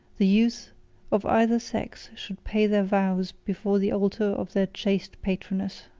the youth of either sex should pay their vows before the altar of their chaste patroness.